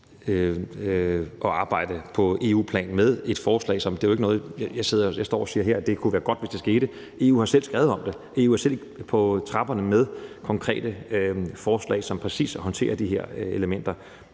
at arbejde på EU-plan med forslag. Jeg står jo ikke her og siger, at det ikke kunne være godt, hvis det skete. EU har selv skrevet om det, EU er selv på trapperne med konkrete forslag, som præcis håndterer de her elementer.